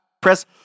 press